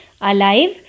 Alive